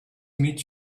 meet